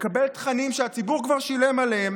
לקבל תכנים שהציבור כבר שילם עליהם,